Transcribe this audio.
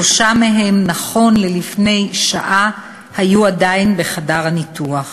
שלושה מהם, לפני שעה היו עדיין בחדר הניתוח.